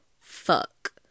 fuck